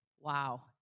Wow